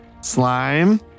Slime